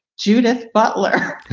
judith butler.